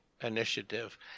initiative